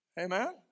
Amen